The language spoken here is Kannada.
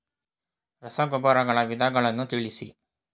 ರಸಗೊಬ್ಬರಗಳ ವಿಧಗಳನ್ನು ತಿಳಿಸಿ?